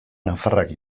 nafarrak